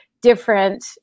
different